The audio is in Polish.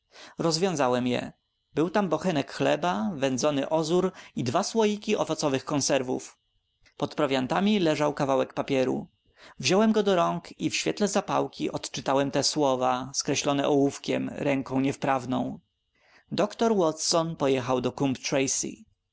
rozwiązałem je był tam bochenek chleba wędzony ozór i dwa słoiki owocowych konserwów pod prowiantami leżał kawałek papieru wziąłem go do rąk i w świetle zapałki odczytałem te słowa skreślone ołówkiem ręką niewprawną dr watson pojechał do